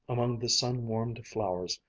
among the sun-warmed flowers,